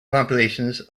compilations